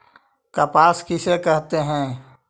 कपास किसे कहते हैं?